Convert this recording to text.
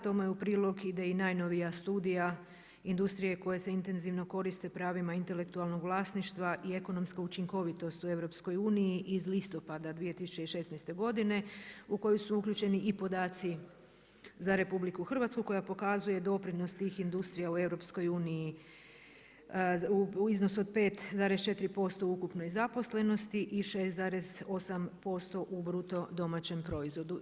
Tome u prilog ide i najnovija studija industrije koja se intenzivno koriste pravima intelektualnog vlasništva i ekonomska učinkovitost u EU iz listopada 2016. godine u koju su uključeni i podaci za RH koja pokazuje doprinos tih industrija u EU u iznosu od 5,4% u ukupnoj zaposlenosti i 6,8% u BDP-u.